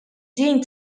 din